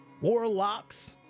warlocks